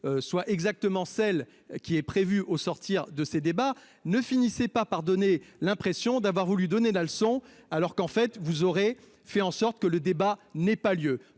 soit exactement celle qui est prévue au sortir de ces débats ne finissait pas par donner l'impression d'avoir voulu donner la leçon. Alors qu'en fait vous aurez fait en sorte que le débat n'ait pas lieu,